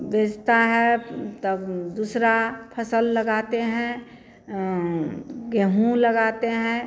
बेचते हैं तब दूसरी फसल लगाते हैं गेहूँ लगाते हैं